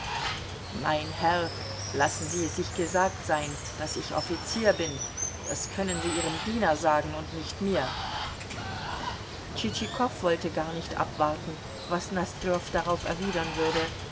mein herr lassen sie es sich gesagt sein daß ich offizier bin das können sie ihrem diener sagen und nicht mir tschitschikow wollte gar nicht abwarten was nosdrjow darauf erwidern würde